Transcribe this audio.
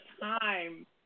time